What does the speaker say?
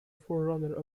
forerunner